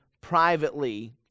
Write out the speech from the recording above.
privately